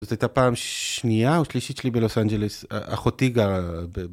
זאת הייתה פעם שנייה או שלישית שלי בלוס אנג'לס א.. אחותי גרה ב..